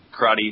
Karate